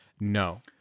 no